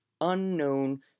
unknown